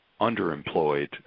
underemployed